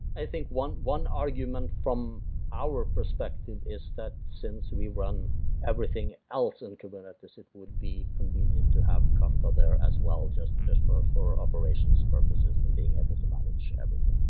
i think one one argument from our perspective is that since we run everything else in kubernetes, it would be convenient to have kafka there as well just and just but for operations purposes and being able to manage everything.